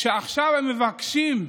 שעכשיו הם מבקשים,